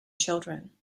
children